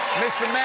mr.